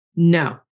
No